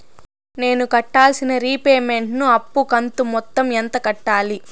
నేను కట్టాల్సిన రీపేమెంట్ ను అప్పు కంతు మొత్తం ఎంత కట్టాలి?